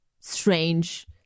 strange